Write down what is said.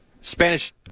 Spanish